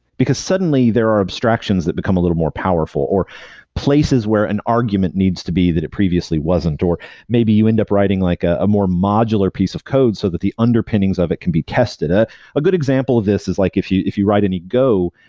because suddenly there are abstractions that become a little more powerful, or places where an argument needs to be that it previously wasn't, or maybe you end up writing like a more modular piece of code so that the underpinnings of it can be tested ah a good example of this is like if you if you write it in go,